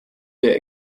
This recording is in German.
der